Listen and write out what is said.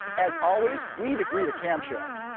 as always, we degree the cam shaft.